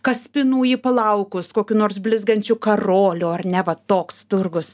kaspinų į palaukus kokių nors blizgančių karolių ar ne va toks turgus